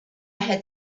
had